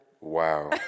Wow